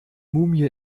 mumie